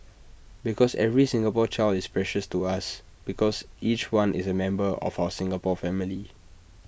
because every Singapore child is precious to us because each one is A member of our Singapore family